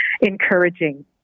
encouraging